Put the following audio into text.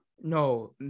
no